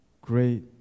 great